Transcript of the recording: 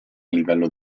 livello